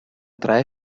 drei